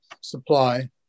supply